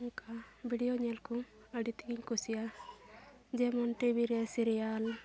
ᱚᱱᱠᱟ ᱵᱷᱤᱰᱭᱳ ᱧᱮᱞ ᱠᱚ ᱟᱹᱰᱤ ᱛᱮᱫᱜᱮᱧ ᱠᱩᱥᱤᱭᱟᱜᱼᱟ ᱡᱮᱢᱚᱱ ᱴᱤᱵᱷᱤ ᱨᱮ ᱥᱤᱨᱤᱭᱟᱞ